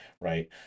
right